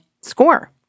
score